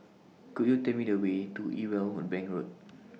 Could YOU Tell Me The Way to Irwell Bank Road